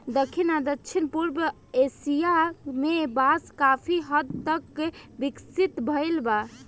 दखिन आ दक्षिण पूरब एशिया में बांस काफी हद तक विकसित भईल बा